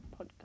podcast